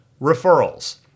referrals